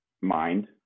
mind